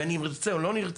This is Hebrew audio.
בין אם נרצה או לא נרצה,